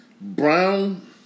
Brown